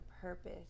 purpose